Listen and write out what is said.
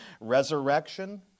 resurrection